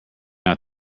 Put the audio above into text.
out